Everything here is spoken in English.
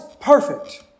perfect